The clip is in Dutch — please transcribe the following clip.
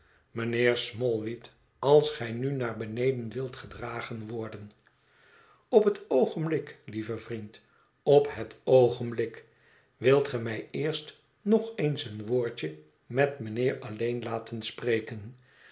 mijnheer smallweed als gij nu naar beneden wilt gedragen worden op het oogenblik lieve vriend op het oogenblik wilt ge mij eerst nog eens een woordje met mijnheer alleen laten spreken